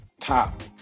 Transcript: top